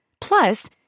Plus